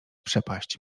przepaść